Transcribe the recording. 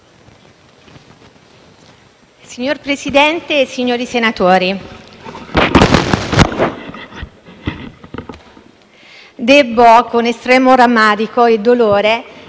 Signor Presidente, signori senatori, debbo con estremo rammarico e dolore